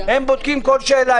הם בודקים כל שאלה.